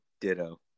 ditto